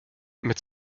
mit